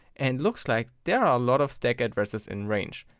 and looks like there are a loot of stack addresses in range.